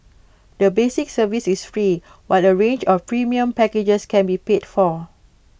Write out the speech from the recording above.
the basic service is free while A range of premium packages can be paid for